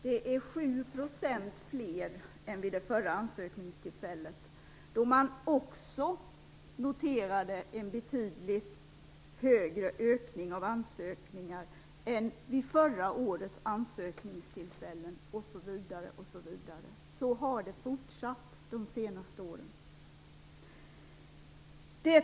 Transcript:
Det är 7 % fler än vid det förra ansökningstillfället, då man också noterade en betydlig ökning av antalet ansökningar i jämförelse med det föregående årets ansökningstillfälle, och så har det varit de senaste åren.